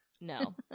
No